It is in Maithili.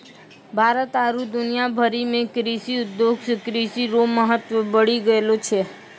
भारत आरु दुनिया भरि मे कृषि उद्योग से कृषि रो महत्व बढ़ी गेलो छै